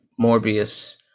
Morbius